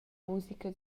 musica